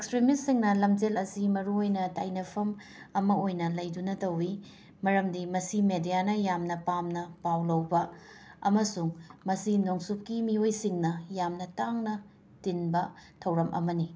ꯑꯦꯛꯁꯇ꯭ꯔꯤꯃꯤꯁꯁꯤꯡꯅ ꯂꯝꯖꯦꯜ ꯑꯁꯤ ꯃꯔꯨ ꯑꯣꯏꯅ ꯇꯥꯏꯅꯐꯝ ꯑꯃ ꯑꯣꯏꯅ ꯂꯩꯗꯨꯅ ꯇꯧꯋꯤ ꯃꯔꯝꯗꯤ ꯃꯁꯤ ꯃꯦꯗꯤꯌꯥꯅ ꯌꯥꯝꯅ ꯄꯥꯝꯅ ꯄꯥꯎ ꯂꯧꯕ ꯑꯃꯁꯨꯡ ꯃꯁꯤ ꯅꯣꯡꯆꯨꯞꯀꯤ ꯃꯤꯌꯑꯣꯏꯁꯤꯡꯅ ꯌꯥꯝꯅ ꯇꯥꯡꯅ ꯇꯤꯟꯕ ꯊꯧꯔꯝ ꯑꯃꯅꯤ